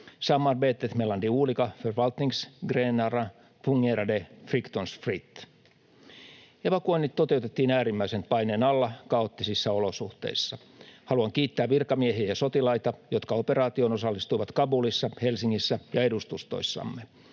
Evakuoinnit toteutettiin äärimmäisen paineen alla kaoottisissa olosuhteissa. Haluan kiittää virkamiehiä ja sotilaita, jotka osallistuivat operaatioon Kabulissa, Helsingissä ja edustustoissamme.